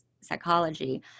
psychology